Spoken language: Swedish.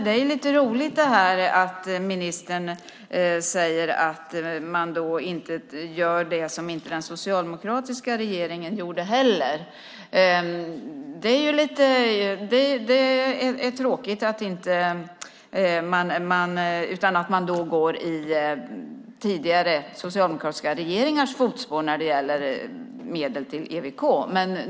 Det är lite roligt att ministern säger att man inte gör det som den socialdemokratiska regeringen inte heller gjorde. Det är tråkigt att man går i tidigare, socialdemokratiska regeringars fotspår när det gäller medel till EWK-museet.